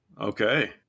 okay